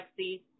Lexi